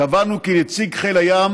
קבענו כי נציג חיל הים